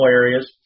areas